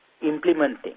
implementing